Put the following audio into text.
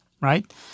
right